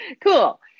Cool